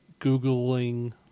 Googling